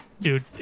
Dude